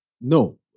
no